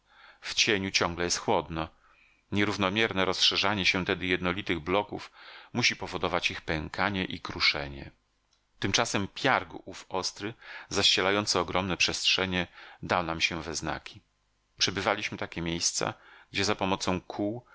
cieniu ciągle jest chłodno nierównomierne rozszerzanie się tedy jednolitych bloków musi powodować ich pękanie i kruszenie tymczasem piarg ów ostry zaścielający ogromne przestrzenie dał nam się we znaki przebywaliśmy takie miejsca gdzie za pomocą kół